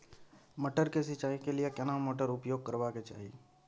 मटर के सिंचाई के लिये केना मोटर उपयोग करबा के चाही?